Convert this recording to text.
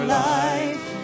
life